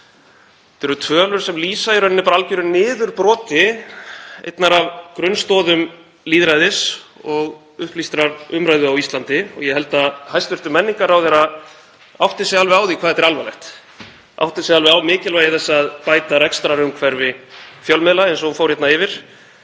Þetta eru tölur sem lýsa í rauninni algjöru niðurbroti einnar af grunnstoðum lýðræðis og upplýstrar umræðu á Íslandi, og ég held að hæstv. menningarráðherra átti sig alveg á því hvað þetta er alvarlegt, átti sig alveg á mikilvægi þess að bæta rekstrarumhverfi fjölmiðla, eins og hún fór hér yfir,